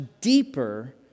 deeper